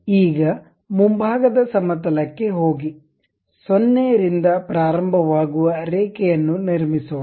ಈಗ ಮುಂಭಾಗದ ಸಮತಲ ಕ್ಕೆ ಹೋಗಿ 0 ರಿಂದ ಪ್ರಾರಂಭವಾಗುವ ರೇಖೆಯನ್ನು ನಿರ್ಮಿಸೋಣ